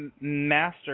master